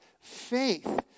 faith